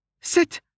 Sit